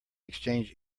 exchange